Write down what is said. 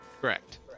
correct